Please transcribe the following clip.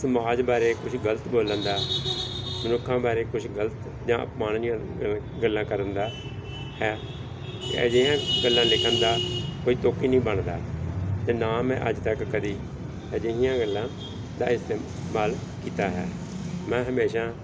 ਸਮਾਜ ਬਾਰੇ ਕੁਝ ਗਲਤ ਬੋਲਣ ਦਾ ਮਨੁੱਖਾਂ ਬਾਰੇ ਕੁਝ ਗਲਤ ਜਾਂ ਅਪਮਾਨ ਜਣ ਜਨਕ ਗੱਲਾਂ ਕਰਨ ਦਾ ਹੈ ਅਜਿਹੀਆਂ ਗੱਲਾਂ ਲਿਖਣ ਦਾ ਕੋਈ ਤੁੱਕ ਹੀ ਨਹੀਂ ਬਣਦਾ ਅਤੇ ਨਾ ਮੈਂ ਅੱਜ ਤੱਕ ਕਦੀ ਅਜਿਹੀਆਂ ਗੱਲਾਂ ਦਾ ਇਸਤੇਮਾਲ ਕੀਤਾ ਹੈ ਮੈਂ ਹਮੇਸ਼ਾ